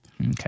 Okay